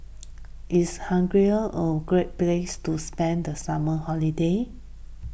is Hungary a great place to spend the summer holiday